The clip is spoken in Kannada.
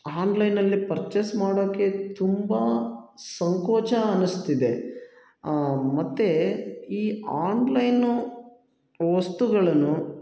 ಹಾನ್ಲೈನಲ್ಲಿ ಪರ್ಚೇಸ್ ಮಾಡೋಕ್ಕೆ ತುಂಬ ಸಂಕೋಚ ಅನ್ನಿಸ್ತಿದೆ ಮತ್ತು ಈ ಆನ್ಲೈನು ವಸ್ತುಗಳನ್ನು